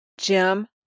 Jim